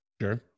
Sure